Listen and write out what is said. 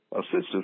Assistance